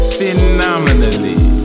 phenomenally